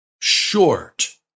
short